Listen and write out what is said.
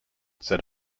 said